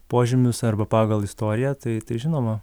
požymius arba pagal istoriją tai tai žinoma